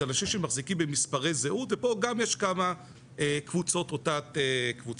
זה אנשים שמחזיקים במספרי זהות ופה יש גם כמה קבוצות או תתי קבוצות.